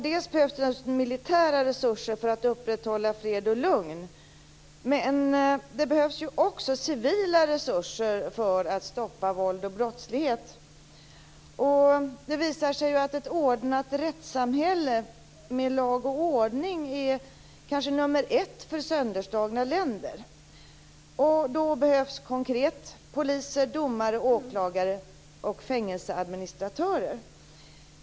Det behövs naturligtvis militära resurser för att upprätthålla fred och lugn, men det behövs också civila resurser för att stoppa våld och brottslighet. Det visar sig att ett ordnat rättssamhälle med lag och ordning kanske är nummer ett för sönderslagna länder. Konkret behövs det då poliser, domare, åklagare och fängelseadministratörer.